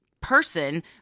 person